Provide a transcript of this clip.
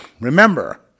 Remember